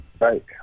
Right